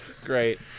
great